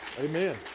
Amen